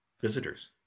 visitors